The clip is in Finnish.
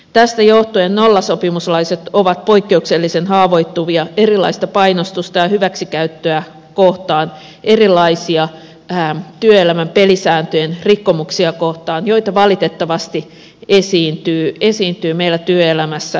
tästä johtuen nollasopimuslaiset ovat poikkeuksellisen haavoittuvia erilaista painostusta ja hyväksikäyttöä kohtaan erilaisia työelämän pelisääntöjen rikkomuksia kohtaan joita valitettavasti esiintyy meillä työelämässä tuhkatiheään